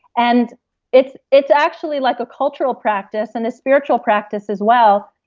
and it's it's actually like a cultural practice and a spiritual practice as well.